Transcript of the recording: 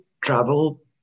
travel